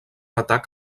atac